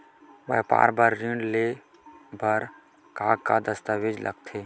व्यापार बर ऋण ले बर का का दस्तावेज लगथे?